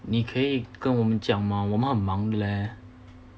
你可以跟我们讲吗我们很忙的叻